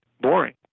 boring